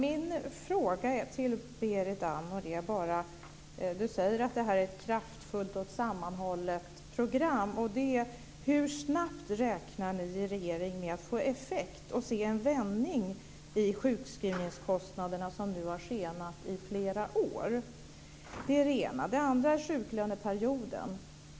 Herr talman! Berit Andnor säger att det är ett kraftfullt och sammanhållet program, och min fråga är: Hur snabbt räknar regeringen med att få effekt och se en vändning i sjukskrivningskostnaderna, som nu har skenat i flera år? Det är det ena. Det andra är sjuklöneperioden.